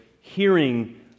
hearing